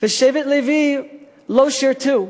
ושבט לוי לא שירתו,